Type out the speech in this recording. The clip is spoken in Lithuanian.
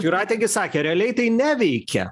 jūratė gi sakė realiai tai neveikia